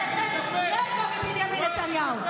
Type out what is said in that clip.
הלוואי עליכם רבע מבנימין נתניהו,